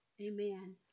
amen